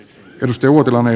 kosteudellamme